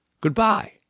goodbye